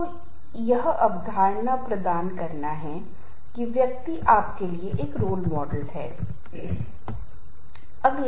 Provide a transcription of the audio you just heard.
इसी तरह कुछ चीजें जो व्यक्तिगत रूप से होती हैं उनमें तनाव भी होता है